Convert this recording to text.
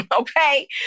Okay